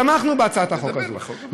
תמכנו בהצעת החוק הזאת,